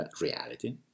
reality